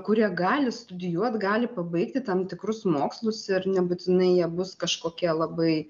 kurie gali studijuoti gali pabaigti tam tikrus mokslus ir nebūtinai jie bus kažkokie labai